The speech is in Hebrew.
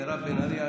מירב בן ארי,